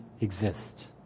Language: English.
exist